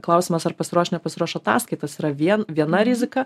klausimas ar pasiruoš nepasiruoš ataskaitas yra vien viena rizika